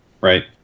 Right